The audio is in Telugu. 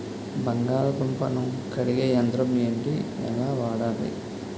బంగాళదుంప ను కడిగే యంత్రం ఏంటి? ఎలా వాడాలి?